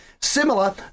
similar